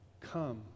Come